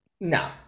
No